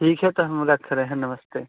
ठीक है तो हम रख रहे हैं नमस्ते